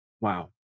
wow